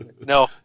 No